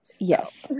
yes